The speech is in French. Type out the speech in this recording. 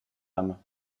âmes